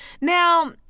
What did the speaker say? Now